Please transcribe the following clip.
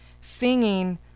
singing